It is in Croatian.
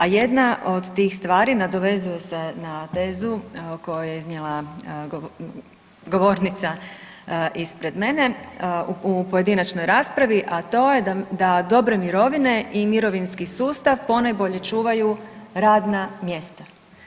A jedna od tih stvari nadovezuje se na tezu koju je iznijela govornica ispred mene u pojedinačnoj raspravi, a to je da dobre mirovine i mirovinski sustav ponajbolje čuvaju radna mjesta.